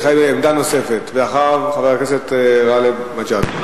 אחריו, חבר הכנסת גאלב מג'אדלה.